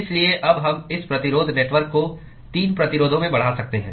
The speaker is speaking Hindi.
इसलिए अब हम अब इस प्रतिरोध नेटवर्क को 3 प्रतिरोधों में बढ़ा सकते हैं